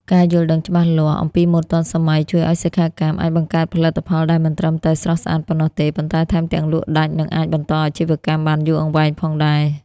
ការយល់ដឹងច្បាស់លាស់អំពីម៉ូដទាន់សម័យជួយឱ្យសិក្ខាកាមអាចបង្កើតផលិតផលដែលមិនត្រឹមតែស្រស់ស្អាតប៉ុណ្ណោះទេ ប៉ុន្តែថែមទាំងលក់ដាច់ និងអាចបន្តអាជីវកម្មបានយូរអង្វែងផងដែរ។